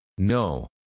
No